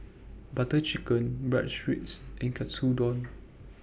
Butter Chicken Bratwurst and Katsudon